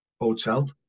Hotel